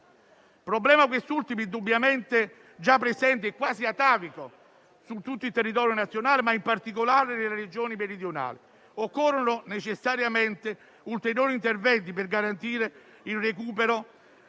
problema quest'ultimo indubbiamente già presente e quasi atavico su tutto il territorio nazionale, ma in particolare nelle Regioni meridionali. Occorrono necessariamente ulteriori interventi per garantire il recupero